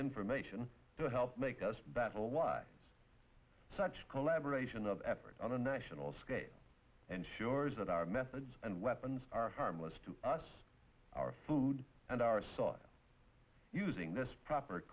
information to help make us battle why such collaboration of effort on a national scale ensures that our methods and weapons are harmless to us our food and our saw using this proper